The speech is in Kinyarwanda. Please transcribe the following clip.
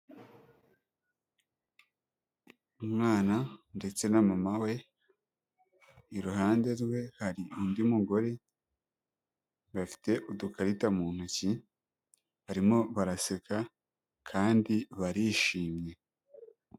Umwana ndetse na mama we, iruhande rwe hari undi mugore bafite udukarita mu ntoki barimo baraseka kandi barishimye.